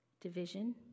division